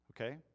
Okay